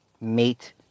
Mate